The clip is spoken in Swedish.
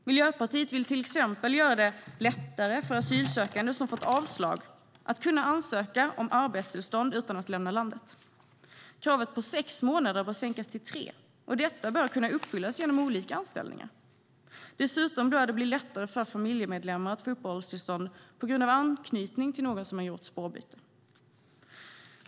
Miljöpartiet vill till exempel göra det lättare för asylsökande som fått avslag att ansöka om arbetstillstånd utan att lämna landet. Kravet på sex månader bör sänkas till tre, och det bör kunna uppfyllas genom olika anställningar. Dessutom bör det bli lättare för familjemedlemmar att få uppehållstillstånd på grund av anknytning till någon som har gjort spårbyte.